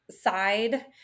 side